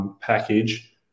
Package